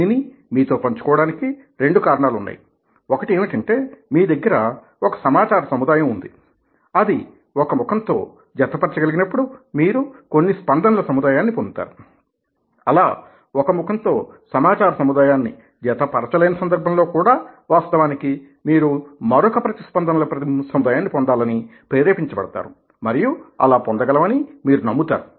దీనిని మీతో పంచుకోవడానికి రెండు కారణాలు ఉన్నాయి ఒకటి ఏమిటంటే మీ దగ్గర ఒక సమాచార సముదాయం ఉంది అది ఒక ముఖం తో జతపరచగలిగినప్పుడు మీరు కొన్ని స్పందనల సముదాయాన్ని పొందుతారు అలా ఒక ముఖంతో సమాచార సముదాయాన్ని జతపరచలేని సందర్భంలో కూడా వాస్తవానికి మీరు మరొక ప్రతిస్పందనల సముదాయాన్ని పొందాలని ప్రేరేపించబడతారు మరియు అలా పొందగలమని మీరు నమ్ముతారు